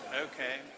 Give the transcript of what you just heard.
okay